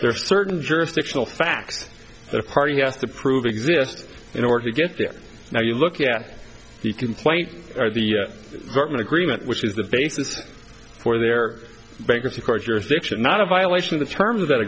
are certain jurisdictional facts the party has to prove exists in order to get there now you look at the complaint or the government agreement which is the basis for their bankruptcy court jurisdiction not a violation of the terms of that